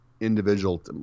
individual –